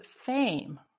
Fame